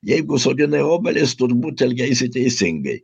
jeigu sodini obelis turbūt elgeisi teisingai